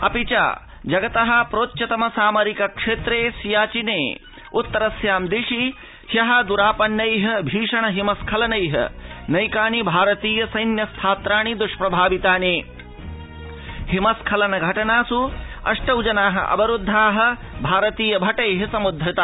तृती जगत प्रोच्चतम सामरिक क्षेत्रे सियाचिने उत्तरस्या दिशि द्यो द्रापन्नै भीषण हिम स्खलनै नैकानि भारतीय सैन्य स्थात्राणि दृष्प्रभावितानि हिमस्खलन घटनास् अष्टौ जना अवरुद्धा भटै समुद्धता